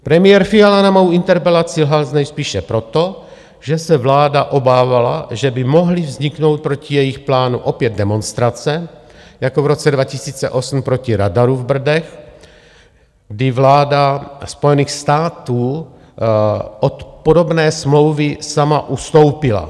Premiér Fiala na mou interpelaci lhal nejspíše proto, že se vláda obávala, že by mohly vzniknout proti jejich plánu opět demonstrace jako v roce 2008 proti radaru v Brdech, kdy vláda Spojených států od podobné smlouvy sama ustoupila.